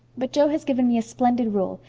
but jo has given me a splendid rule.